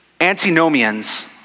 Antinomians